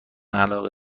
علاقه